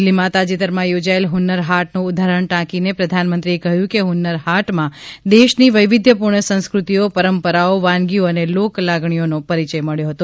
દિલ્ફીમાં તાજેતરમાં ચોજાયેલ હુન્નર હાટનું ઉદાહરણ ટાંકીને પ્રધાનમંત્રીએ કહ્યું કે હુન્નર હાટમાં દેશની વૈવિધ્યપૂર્ણ સંસ્ક્રતિઓ પરંપરાઓ વાનગીઓ અને લોકલાગણીઓનો પરિચય મળ્યો હતો